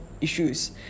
issues